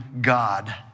God